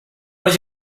was